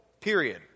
period